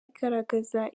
igaragaza